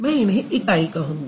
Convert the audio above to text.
मैं इन्हें इकाई कहूँगी